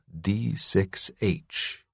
D6H